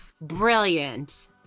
brilliant